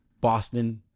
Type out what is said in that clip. Boston